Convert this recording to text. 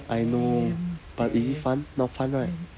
I know but is it fun not fun right